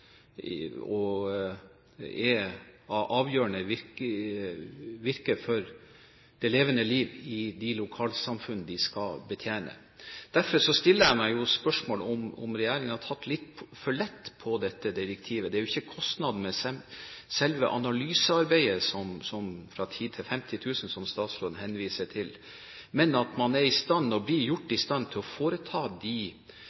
og er av avgjørende betydning for det levende liv i de lokalsamfunn de skal betjene. Derfor stiller jeg meg spørsmål ved om regjeringen har tatt litt for lett på dette direktivet. Det går ikke på kostnadene ved selve analysearbeidet på 10 000–50 000 kr, som statsråden henviser til, men på at man blir i stand til å